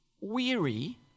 weary